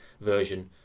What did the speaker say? version